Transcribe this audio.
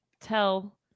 tell